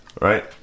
Right